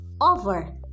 over